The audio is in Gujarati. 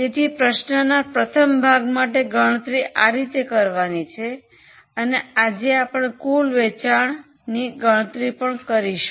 તેથી પ્રશ્નના પ્રથમ ભાગ માટે ગણતરી આ રીતે કરવાનું છે અને આજે આપણે કુલ વેચાણની ગણતરી પણ કરીશું